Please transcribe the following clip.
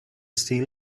steal